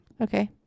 okay